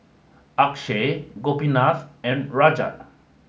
Akshay Gopinath and Rajat